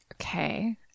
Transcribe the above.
Okay